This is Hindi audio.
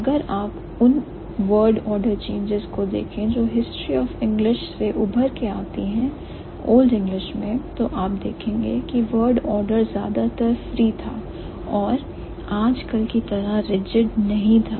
अगर आप उन word order changes बदलावों को देखें जो हिस्ट्री ऑफ इंग्लिश से उभर कर आती हैं ओल्ड इंग्लिश में तो आप देखेंगे कि word order ज्यादातर फ्री था और आजकल की तरह रिजेड नहीं था